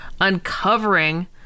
uncovering